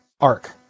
Arc